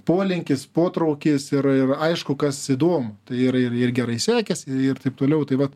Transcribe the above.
polinkis potraukis ir ir aišku kas įdomu tai ir ir ir gerai sekėsi ir taip toliau tai vat